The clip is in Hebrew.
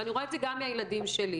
ואני רואה את זה גם מהילדים שלי.